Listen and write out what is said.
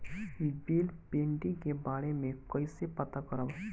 Bill pending के बारे में कईसे पता करब?